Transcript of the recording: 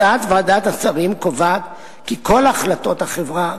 הצעת ועדת השרים קובעת כי כל החלטות חברה